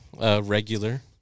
regular